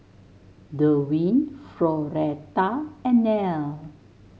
Derwin Floretta and Nelle